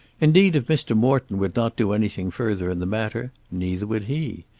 indeed if mr. morton would not do anything further in the matter, neither would he.